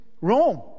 Rome